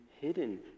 hidden